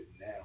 now